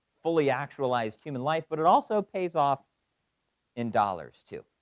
fully actualized human life, but it also pays off in dollars too.